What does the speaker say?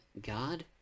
God